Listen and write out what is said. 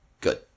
good